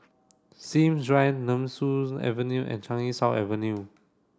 Sims Drive Nemesu Avenue and Changi South Avenue